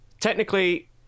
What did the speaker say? technically